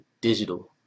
digital